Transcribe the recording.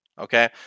Okay